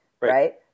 Right